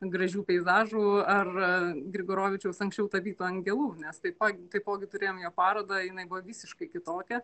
gražių peizažų ar grigorovičiaus anksčiau tapytų angelų nes taipogi taipogi turėjom jo parodą jinai buvo visiškai kitokia